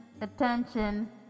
attention